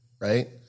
right